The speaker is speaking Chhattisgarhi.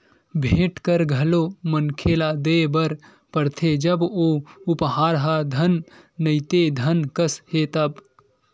भेंट कर घलो मनखे ल देय बर परथे जब ओ उपहार ह धन नइते धन कस हे तब